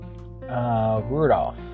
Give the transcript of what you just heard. Rudolph